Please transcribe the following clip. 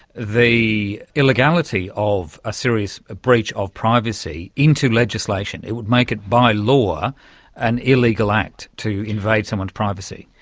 the illegality of a serious breach of privacy into legislation. it would make it by law an illegal act to invade someone's privacy.